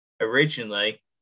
originally